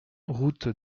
route